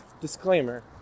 disclaimer